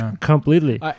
completely